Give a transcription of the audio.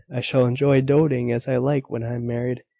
i shall enjoy doing as i like when i am married.